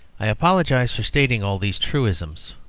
i apologise for stating all these truisms.